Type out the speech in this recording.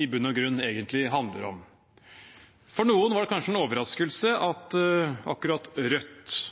i bunn og grunn egentlig handler om. For noen var det kanskje en overraskelse at akkurat Rødt,